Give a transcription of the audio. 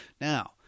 Now